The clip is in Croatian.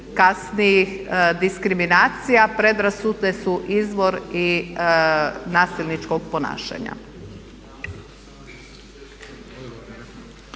kasnijih diskriminacija, predrasude su izvor i nasilničkog ponašanja.